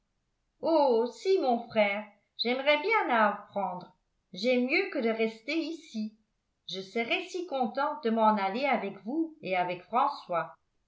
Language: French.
oh si mon frère j'aimerais bien à apprendre j'aime mieux que de rester ici je serais si contente de m'en aller avec vous et avec françois